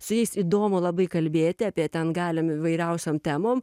su jais įdomu labai kalbėti apie ten galim įvairiausiom temom